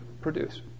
produce